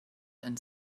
and